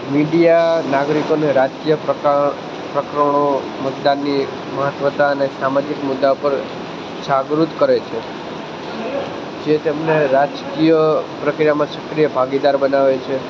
media નાગરિકોને રાજકીય પ્રકા પ્રકરણો મતદાનની મહત્ત્વતા અને સામાજિક મુદ્દા પર જાગૃત કરે છે જે તેમને રાજકીય પ્રક્રિયામાં સક્રિય ભાગીદાર બનાવે છે